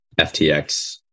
FTX